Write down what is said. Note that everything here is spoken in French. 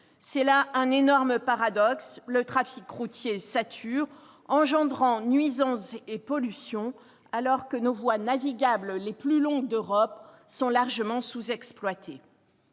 C'est là un énorme paradoxe : le trafic routier sature, engendrant nuisances et pollutions, alors que nos voies navigables, les plus longues d'Europe, sont largement sous-exploitées.